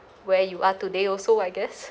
where you are today also I guess